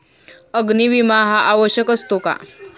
अग्नी विमा हा आवश्यक असतो का?